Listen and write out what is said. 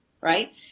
Right